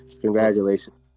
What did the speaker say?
congratulations